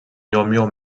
murmure